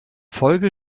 folge